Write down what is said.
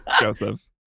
Joseph